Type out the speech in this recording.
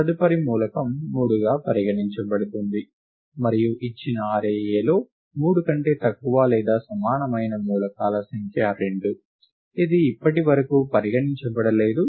తదుపరి మూలకం 3 గా పరిగణించబడుతుంది మరియు ఇచ్చిన అర్రే Aలో 3 కంటే తక్కువ లేదా సమానమైన మూలకాల సంఖ్య 2 ఇది ఇప్పటివరకు పరిగణించబడలేదు